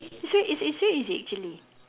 it's very it's it's very easy actually